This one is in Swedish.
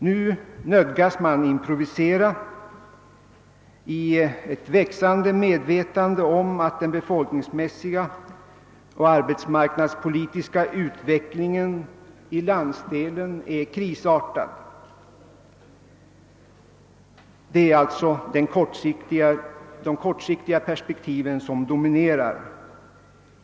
Nu nödgas man improvisera i ett växande medvetande om att den befolkningsmässiga och <arbetsmarknadspolitiska — utvecklingen för landsdelen är krisartad. Det är alltså det kortsiktiga perspektivet som dominerar.